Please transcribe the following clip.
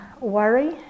worry